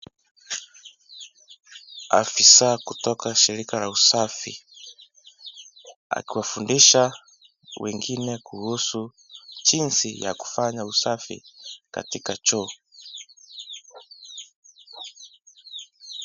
Afisa kutoka shirika la usafi. Akiwafundisha wengine kuhusu jinsi ya kufanya usafi katika choo.